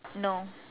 no